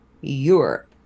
europe